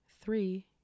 Three